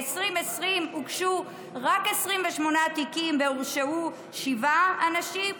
ב-2020 הוגשו רק 28 תיקים והורשעו שבעה אנשים.